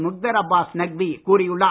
முக்தார் அபாஸ் நக்வி கூறியுள்ளார்